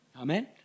Amen